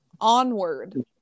Onward